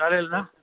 चालेल ना